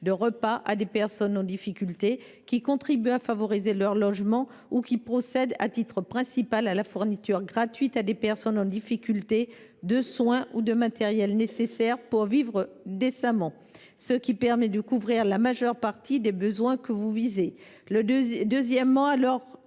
de repas à des personnes en difficulté, qui contribuent à favoriser leur logement ou qui procèdent à titre principal à la fourniture gratuite à des personnes en difficulté de soins ou de matériel nécessaire pour vivre décemment, ce qui permet de couvrir la majeure partie des besoins visés. Deuxièmement, je